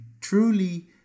truly